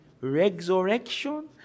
resurrection